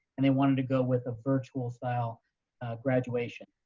and they wanted to go with a virtual style graduation.